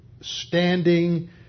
standing